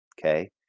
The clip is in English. okay